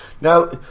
Now